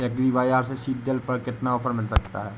Agree बाजार से seed drill पर कितना ऑफर मिल सकता है?